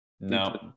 No